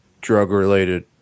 drug-related